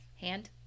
hand